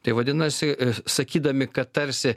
tai vadinasi sakydami kad tarsi